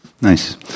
Nice